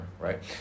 right